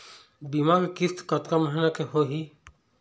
बीमा के किस्त कतका महीना के होही?